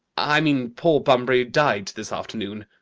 i mean poor bunbury died this afternoon.